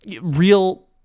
real